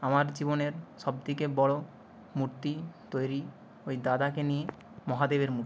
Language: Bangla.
আমার জীবনের সবথেকে বড়ো মূর্তি তৈরি ওই দাদাকে নিয়ে মহাদেবের মূর্তি